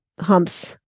humps